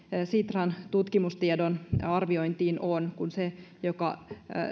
sitran tutkimustiedon arviointiin on kuin se joka